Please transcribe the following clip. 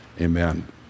Amen